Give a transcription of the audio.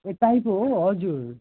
ए typo हो हजुर